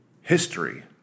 history